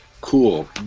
Cool